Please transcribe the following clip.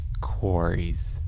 quarries